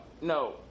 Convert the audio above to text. no